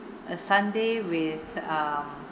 a sundae with um